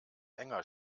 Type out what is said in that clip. enger